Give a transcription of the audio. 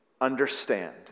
understand